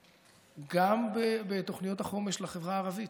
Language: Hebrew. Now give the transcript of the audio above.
גם בתוכנית החומש לחברה הערבית,